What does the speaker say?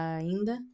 ainda